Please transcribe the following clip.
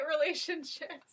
relationships